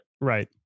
Right